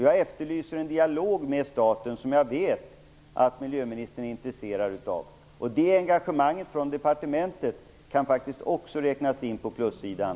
Jag efterlyser en dialog med staten, och det vet jag att miljöministern är intresserad av. Det engagemanget från departementet kan faktiskt också sättas upp på plussidan.